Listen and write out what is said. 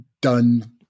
done